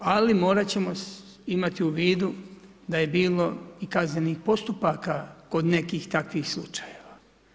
Ali, morati ćemo imati u vidu, da je bilo i kaznenih postupaka kod nekih takvih slučajevima.